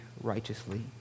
righteously